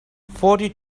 forty